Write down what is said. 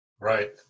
Right